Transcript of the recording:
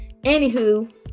anywho